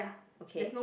okay